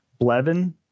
Blevin